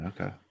Okay